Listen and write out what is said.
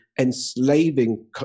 enslaving